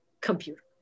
computer